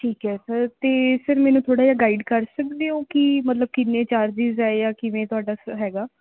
ਠੀਕ ਹੈ ਸਰ ਅਤੇ ਸਰ ਮੈਨੂੰ ਥੋੜ੍ਹਾ ਜਿਹਾ ਗਾਈਡ ਕਰ ਸਕਦੇ ਹੋ ਕਿ ਮਤਲਬ ਕਿੰਨੇ ਚਾਰਜਿਸ ਆ ਜਾਂ ਕਿਵੇਂ ਤੁਹਾਡਾ ਸਰ ਹੈਗਾ